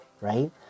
right